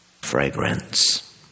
fragrance